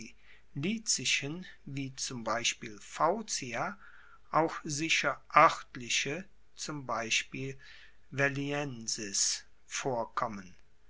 wie zum beispiel faucia auch sicher oertliche zum beispiel veliensis vorkommen